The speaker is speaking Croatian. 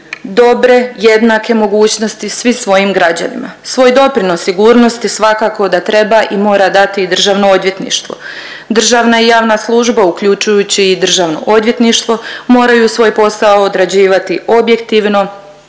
dobre, jednake mogućnosti svim svojim građanima. Svoj doprinos sigurnosti svakako da treba i mora dati i državno odvjetništvo. Državna i javna služba uključujući i državno odvjetništvo moraju svoj posao odrađivati objektivno,